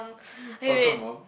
soccer bomb